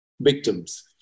victims